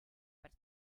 but